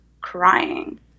crying